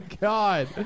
God